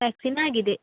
vaccine ಆಗಿದೆ